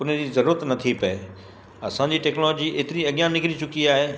उन जी ज़रूरत नथी पए असांजी टैक्नोलॉजी एतिरी अॻियां निकिरी चुकी आहे